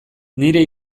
nire